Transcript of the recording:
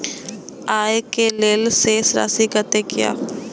आय के लेल शेष राशि कतेक या?